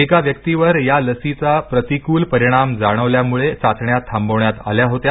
एका व्यक्तीवर या लसीचा प्रतिकूल परिणाम जाणवल्यामुळे चाचण्या थांबवण्यात आल्या होत्या